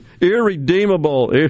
Irredeemable